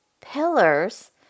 pillars